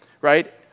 right